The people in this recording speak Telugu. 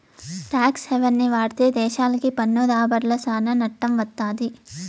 టాక్స్ హెవెన్ని వాడితే దేశాలకి పన్ను రాబడ్ల సానా నట్టం వత్తది